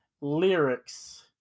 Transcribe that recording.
lyrics